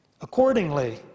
Accordingly